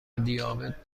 دیابت